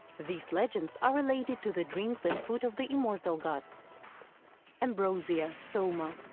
these legends are related to the drinks and food of the immortal gods ambrosia, soma,